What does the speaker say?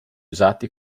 usati